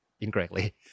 incorrectly